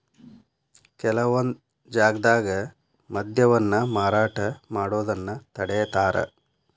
ಕೆಲವೊಂದ್ ಜಾಗ್ದಾಗ ಮದ್ಯವನ್ನ ಮಾರಾಟ ಮಾಡೋದನ್ನ ತಡೇತಾರ